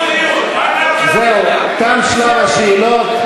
זהו, תם שלב השאלות.